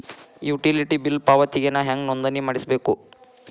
Utility bill ಪಾವತಿಗೆ ನಾ ಹೆಂಗ್ ನೋಂದಣಿ ಮಾಡ್ಸಬೇಕು?